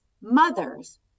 mothers